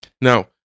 Now